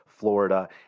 florida